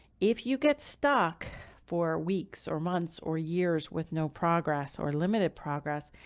if you get stuck for weeks or months or years with no progress or limited progress,